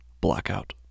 Blackout